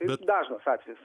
ir dažnas atvejis